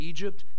Egypt